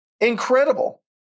Incredible